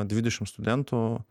dvidešim studentų